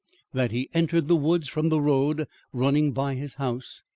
that he entered the woods from the road running by his house,